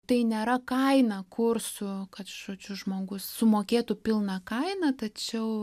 tai nėra kaina kursų kad žodžiu žmogus sumokėtų pilną kainą tačiau